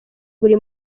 buri